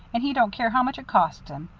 and he don't care how much it costs him.